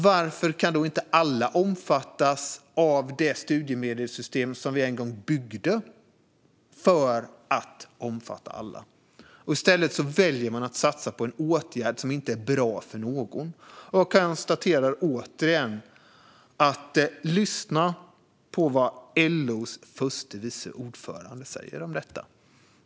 Varför kan inte alla omfattas av det studiemedelssystem som vi en gång byggde för att omfatta alla? I stället väljer man att satsa på en åtgärd som inte är bra för någon. Jag konstaterar återigen: Lyssna på vad LO:s förste vice ordförande säger om detta!